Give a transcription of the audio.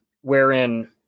wherein